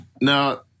now